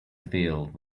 field